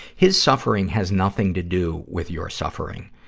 his suffering has nothing to do with your suffering.